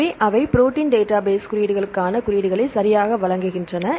எனவே அவை protein database குறியீடுகளுக்கான குறியீடுகளை சரியாக வழங்குகின்றன